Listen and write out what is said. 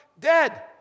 dead